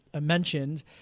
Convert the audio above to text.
mentioned